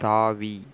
தாவி